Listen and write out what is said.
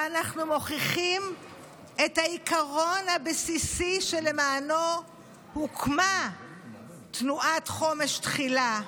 ואנחנו מוכיחים את העיקרון הבסיסי שלמענו הוקמה תנועת חומש תחילה,